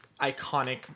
iconic